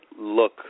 look